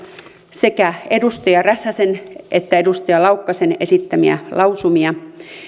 sekä edustaja räsäsen että edustaja laukkasen esittämiä lausumia